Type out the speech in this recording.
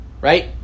right